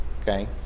Okay